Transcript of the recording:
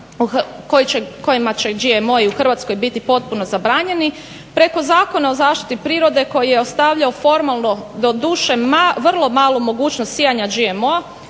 kojim će GMO-i u Hrvatskoj biti potpuno zabranjeni preko Zakona o zaštiti prirode koji je ostavljao formalno doduše vrlo malu mogućnosti sijanja GMO-a.